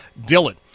Dylan